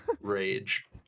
Rage